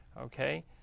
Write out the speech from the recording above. okay